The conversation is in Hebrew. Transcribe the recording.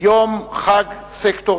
מזכיר יותר יום חג סקטוריאלי,